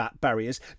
barriers